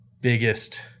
biggest